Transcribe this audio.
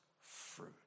fruit